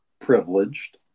privileged